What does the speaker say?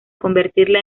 convertirla